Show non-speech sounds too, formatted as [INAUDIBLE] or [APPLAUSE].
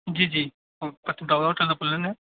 जी जी [UNINTELLIGIBLE]